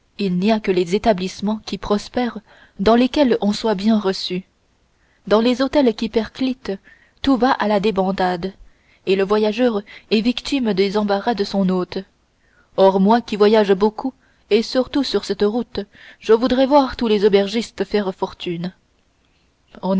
il n'y a que les établissements qui prospèrent dans lesquels on soit bien reçu dans les hôtels qui périclitent tout va à la débandade et le voyageur est victime des embarras de son hôte or moi qui voyage beaucoup et surtout sur cette route je voudrais voir tous les aubergistes faire fortune